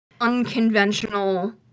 unconventional